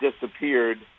disappeared